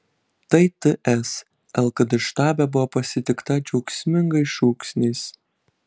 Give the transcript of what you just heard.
tai ts lkd štabe buvo pasitikta džiaugsmingais šūksniais